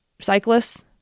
cyclists